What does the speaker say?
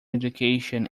education